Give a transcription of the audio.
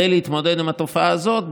כדי להתמודד עם התופעה הזאת,